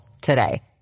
today